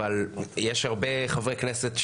אבל יש הרבה חברי כנסת,